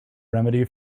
remedy